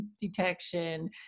detection